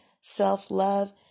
self-love